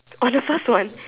on the first one